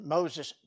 Moses